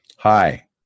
Hi